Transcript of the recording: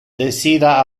desira